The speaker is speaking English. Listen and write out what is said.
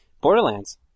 Borderlands